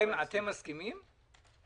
אתם במשרד האוצר מסכימים?